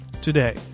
today